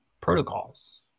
protocols